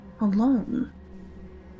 alone